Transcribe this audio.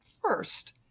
first